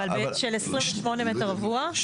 אבל של 28 מטרים רבועים,